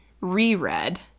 reread